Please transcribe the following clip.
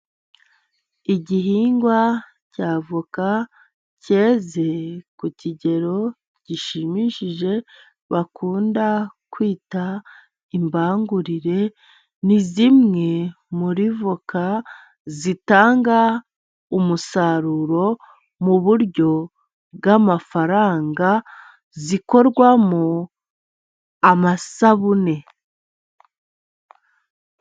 Igihingwa cy'avoka cyeze ku kigero gishimishije, bakunda kwita imbangurire, ni zimwe muri avoka zitanga umusaruro mu buryo bw'amafaranga, zikorwamo amasabune.